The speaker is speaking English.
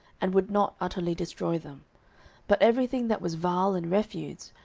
and would not utterly destroy them but every thing that was vile and refuse,